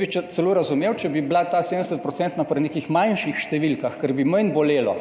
bi celo razumel, če bi bila ta 70-odstotna pri nekih manjših številkah, ker bi manj bolelo.